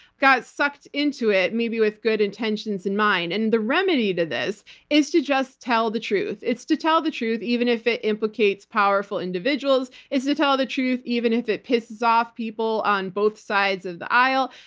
got sucked into it, maybe with good intentions in mind. and the remedy to this is to just tell the truth. it's to tell the truth even if it implicates powerful individuals. it's to tell the truth even if it pisses off people on both sides of the aisle.